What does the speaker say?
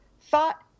thought